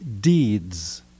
deeds